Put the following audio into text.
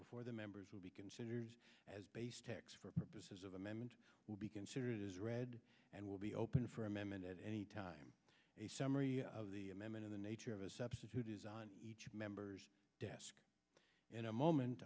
before the members will be considered as base text for purposes of amendment will be considered as read and will be open for amendment at any time a summary of the amendment of the nature of a substitute is on each member's desk in a moment